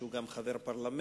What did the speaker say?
שהוא גם חבר הפרלמנט.